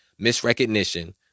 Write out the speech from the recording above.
misrecognition